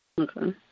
Okay